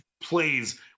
plays